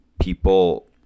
people